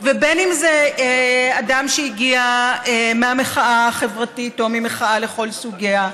ובין אם זה אדם שהגיע מהמחאה החברתית או ממחאה לכל סוגיה.